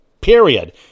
Period